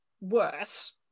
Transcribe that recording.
worse